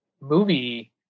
movie